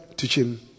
teaching